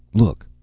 look!